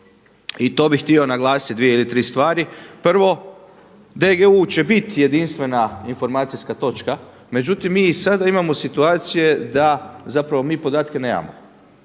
i to bih htio naglasiti dvije ili tri stvari. Prvo DGU će biti jedinstvena informacijska točka. Međutim, mi i sada imamo situacije da zapravo mi podatke nemamo.